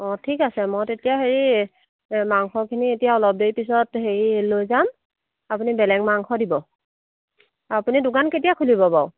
অঁ ঠিক আছে মই তেতিয়া হেৰি মাংসখিনি এতিয়া অলপ দেৰি পিছত হেৰি লৈ যাম আপুনি বেলেগ মাংস দিব আপুনি দোকান কেতিয়া খুলিব বাৰু